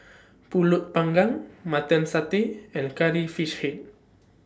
Pulut Panggang Mutton Satay and Curry Fish Head